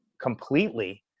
completely